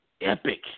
epic